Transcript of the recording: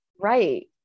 Right